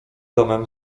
domem